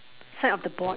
side of the board